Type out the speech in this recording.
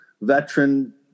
veteran